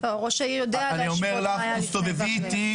ראש העיר יודע מה היה לפני ואחרי.